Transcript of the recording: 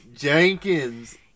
Jenkins